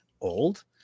old